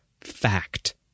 fact